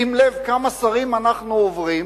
שים לב כמה שרים אנחנו עוברים